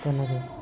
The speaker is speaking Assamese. তেনকৈয়ে